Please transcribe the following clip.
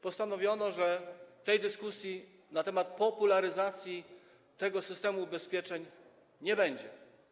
Postanowiono, że dyskusji na temat popularyzacji tego systemu ubezpieczeń nie będzie.